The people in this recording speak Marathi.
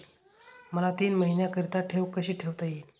मला तीन महिन्याकरिता ठेव कशी ठेवता येईल?